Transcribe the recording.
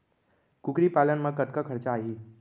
कुकरी पालन म कतका खरचा आही?